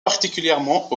particulièrement